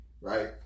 right